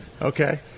Okay